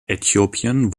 äthiopien